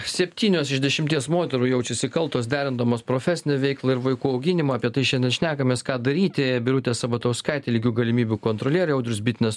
septynios iš dešimties moterų jaučiasi kaltos derindamos profesinę veiklą ir vaikų auginimą apie tai šiandien šnekamės ką daryti birutė sabatauskaitė lygių galimybių kontrolierė audrius bitinas